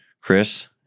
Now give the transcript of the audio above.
Chris